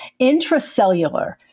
Intracellular